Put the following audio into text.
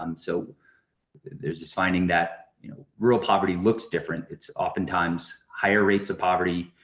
um so there's this finding that you know rural poverty looks different, it's oftentimes higher rates of poverty,